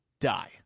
die